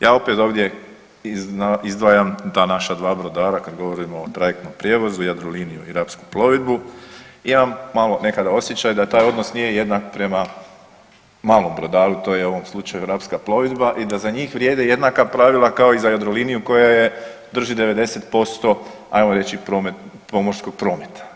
Ja opet ovdje izdvajam ta naša 2 brodara kad govorimo o trajektnom prijevozu Jadroliniju i Rapsku plovidbu, imam malo nekada osjećaj da taj odnos nije jednak prema malom brodaru, to je u ovom slučaju Rapska plovidba i da za njih vrijede jednaka pravila kao i za Jadroliniju koja je, drži 90% ajmo reći pomorskog prometa.